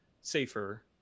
safer